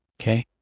okay